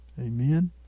Amen